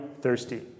thirsty